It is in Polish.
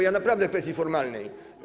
Ja naprawdę w kwestii formalnej.